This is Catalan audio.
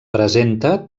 presenta